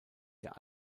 der